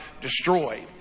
destroyed